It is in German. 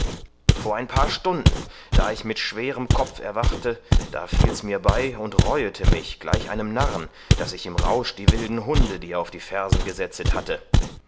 vor ein paar stunden da ich mit schwerem kopf erwachte da fiel's mir bei und reuete mich gleich einem narren daß ich im rausch die wilden hunde dir auf die fersen gesetzet hatte